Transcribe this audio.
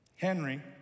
Henry